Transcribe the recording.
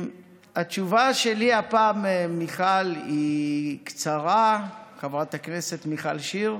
התשובה שלי הפעם, חברת הכנסת מיכל שיר,